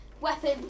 Weapon